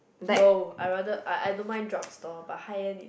no I rather I I don't mind drugstore but high end